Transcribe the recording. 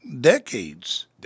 decades